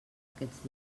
aquests